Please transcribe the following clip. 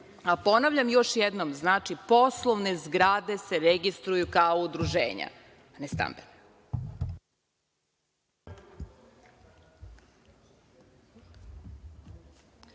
a ponavljam još jednom poslovne zgrade se registruju kao udruženja,